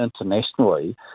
internationally